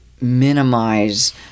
minimize